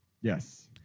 Yes